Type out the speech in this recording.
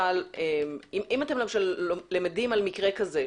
אם אתם למדים על מקרה כזה,